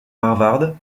harvard